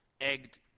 egged